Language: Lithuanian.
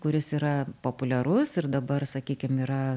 kuris yra populiarus ir dabar sakykim yra